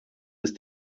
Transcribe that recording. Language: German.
ist